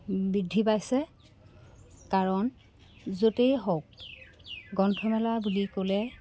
বৃদ্ধি পাইছে কাৰণ য'তেই হওক গ্ৰন্থমেলা বুলি ক'লে